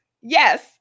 yes